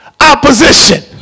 opposition